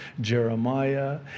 Jeremiah